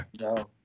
no